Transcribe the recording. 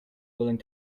willing